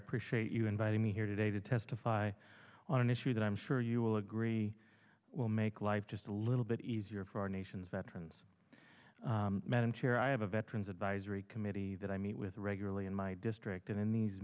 appreciate you inviting me here today to testify on an issue that i'm sure you will agree will make life just a little bit easier for our nation's veterans madam chair i have a veterans advisory committee that i meet with regularly in my district and in these